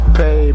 pay